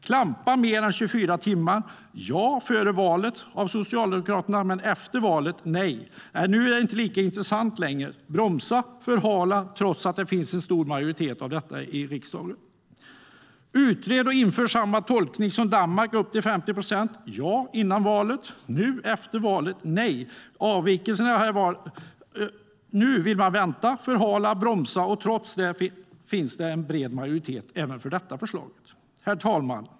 Före valet sa Socialdemokraterna ja till att man skulle kunna klampa mer än 24 timmar. Men efter valet säger de nej. Nu är det inte lika intressant längre. De bromsar och förhalar, trots att det finns en stor majoritet för detta i riksdagen. Före valet sa Socialdemokraterna ja till att man skulle utreda och införa samma tolkning som Danmark har med upp till 5 procents avvikelse. Efter valet säger de nej och vill vänta, förhala och bromsa, trots att det finns en bred majoritet även för detta förslag. Herr talman!